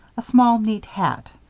a small, neat hat.